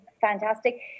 fantastic